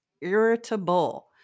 irritable